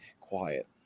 quiet